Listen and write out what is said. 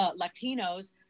Latinos